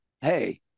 Hey